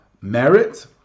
merit